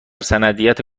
سندیت